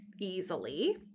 easily